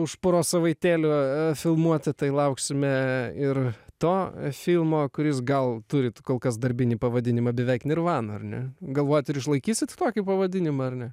už poros savaitėlių filmuoti tai lauksime ir to filmo kuris gal turit kol kas darbinį pavadinimą beveik nirvana ar ne galvojat ir išlaikysit tokį pavadinimą ar ne